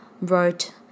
wrote